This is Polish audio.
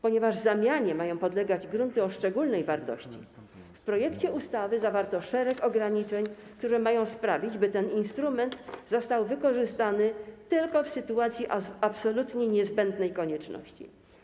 Ponieważ zamianie mają podlegać grunty o szczególnej wartości, w projekcie ustawy zawarto szereg ograniczeń, które mają sprawić, by ten instrument został wykorzystany tylko w sytuacji absolutnie niezbędnej konieczności.